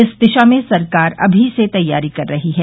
इस दिशा में सरकार अमी से तैयारी कर रही है